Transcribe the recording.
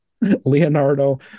Leonardo